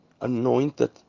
anointed